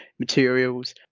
materials